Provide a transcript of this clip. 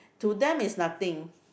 to them is nothing